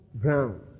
ground